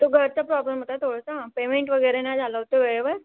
तो घरचा प्रॉब्लेम होता थोडंसं पेमेंट वगैरे नाही झालं होतं वेळेवर